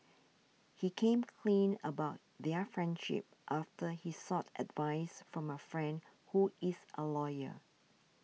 he came clean about their friendship after he sought advice from a friend who is a lawyer